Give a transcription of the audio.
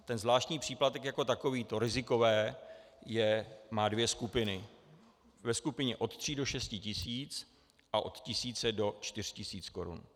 ten zvláštní příplatek jako takovýto rizikové, má dvě skupiny, ve skupině od tří do šesti tisíc a od tisíce do čtyř tisíc korun.